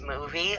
movie